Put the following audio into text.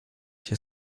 się